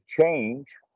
change